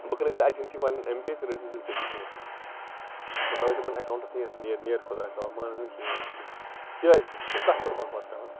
بہٕ کَرٕ تیٚلہِ ایٚجنسی والین ایم پے ژٕ رٔٹہِ زٕ تیٚلہِ تٔتی پونٛسہٕ بہٕ تَراوے تِمن ایٚکاوٹس نیر نیر خۄدایس حَوالہٕ مَہ اَن کِھیی ؤلِتھ کِہیٖنٛۍ کیٛازِ ژٕ کَتھ پٮ۪ٹھ بکواس کَران